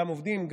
גם עובדים,